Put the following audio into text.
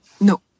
No